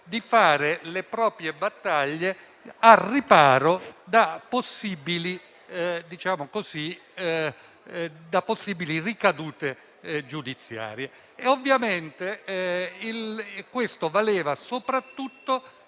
di condurre le proprie battaglie al riparo da possibili ricadute giudiziarie. Ovviamente questo valeva soprattutto